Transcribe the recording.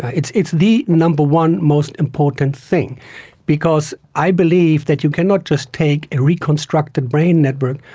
it's it's the number one most important thing because i believe that you cannot just take a reconstructed brain network,